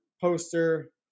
poster